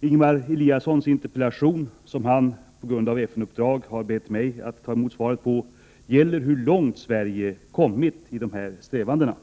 I Ingemar Eliassons interpellation, som han på grund av FN-uppdrag har bett mig att ta emot svaret på, ställs frågan om hur långt Sverige kommit i dessa strävanden.